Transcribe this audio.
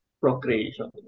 procreation